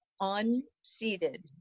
unseated